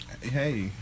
Hey